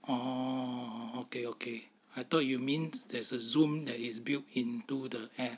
orh okay okay I thought you mean there's a zoom that is built into the app